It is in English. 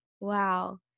Wow